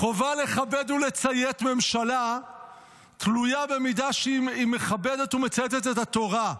החובה לכבד ולציית לממשלה תלויה במידה שהיא מכבדת ומצייתת לתורה.